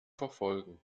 verfolgen